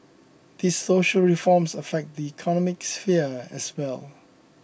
these social reforms affect the economic sphere as well